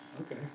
Okay